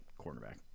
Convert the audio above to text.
cornerback